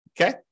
Okay